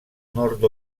nord